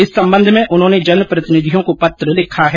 इस संबंध में उन्होंने जन प्रतिनिधियों को पत्र लिखा है